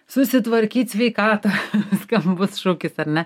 susitvarkyt sveikatą skambus šūkis ar ne